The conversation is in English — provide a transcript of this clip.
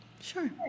Sure